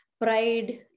pride